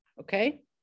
Okay